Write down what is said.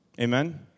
Amen